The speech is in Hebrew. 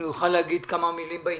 הוא יוכל להגיד כמה מילים בעניין,